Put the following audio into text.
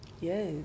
Yes